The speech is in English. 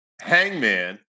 Hangman